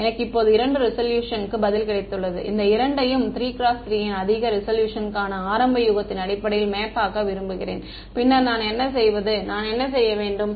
எனக்கு இப்போது இரண்டு ரெசொல்யூஷன்க்கு பதில் கிடைத்துள்ளது இந்த இரண்டையும் 3 × 3 ன் அதிக ரெசொல்யூஷன்க்கான ஆரம்ப யூகத்தின் அடிப்படையில் மேப்பாக்க விரும்புகிறேன் பின்னர் நான் என்ன செய்வது நான் செய்ய வேண்டுமா